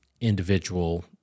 individual